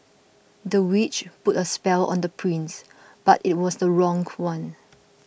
the witch put a spell on the prince but it was the wrong one